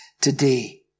today